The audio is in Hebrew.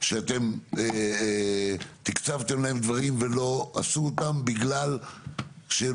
שאתם תקצבתם להם דברים ולא עשו אותם בגלל שהם